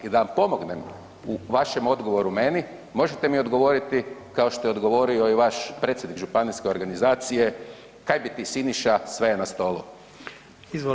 I da vam pomognemo u vašem odgovoru meni, možete mi odgovori kao što je odgovorio i vaš predsjednik županijske organizacije, kaj bi ti Siniša sve je na stolu.